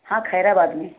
हाँ ख़ैराबाद में